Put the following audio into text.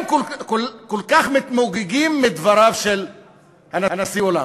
אם כל כך מתמוגגים מדבריו של הנשיא הולנד,